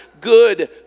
good